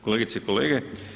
Kolegice i kolege.